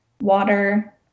water